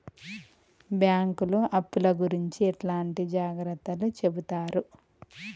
బ్యాంకులు అప్పుల గురించి ఎట్లాంటి జాగ్రత్తలు చెబుతరు?